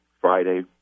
Friday